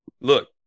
Look